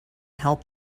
help